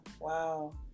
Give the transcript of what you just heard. wow